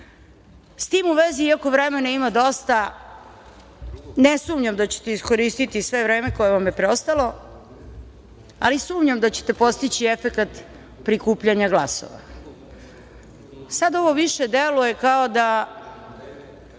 tim u vezi, iako vremena ima dosta, ne sumnjam da ćete iskoristiti sve vreme koje vam je preostalo, ali sumnjam da ćete postići efekat prikupljanja glasova. Sad ovo više deluje kao da